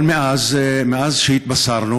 מאז שהתבשרנו,